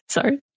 Sorry